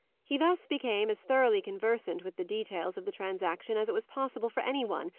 he thus became as thoroughly conversant with the details of the transaction as it was possible for any one,